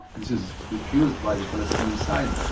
this is refused by the palestinian side.